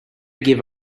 give